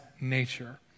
nature